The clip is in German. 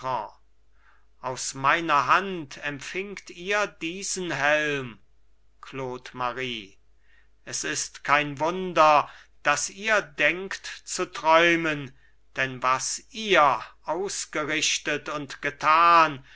aus meiner hand empfingt ihr diesen helm claude marie es ist kein wunder daß ihr denkt zu träumen denn was ihr ausgerichtet und getan